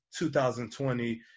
2020